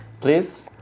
please